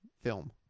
film